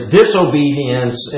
disobedience